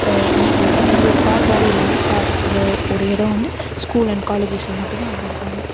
ego எந்த ஒரு பாகுபாடும் இல்லாம பார்க்குற ஒரு இடம் வந்து ஸ்கூல் அண்ட் காலேஜஸில் மட்டும் தான் அப்படி இருப்பாங்க